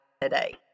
today